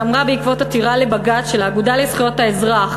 שאמרה בעקבות עתירה לבג"ץ של האגודה לזכויות האזרח,